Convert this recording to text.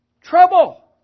Trouble